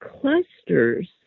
clusters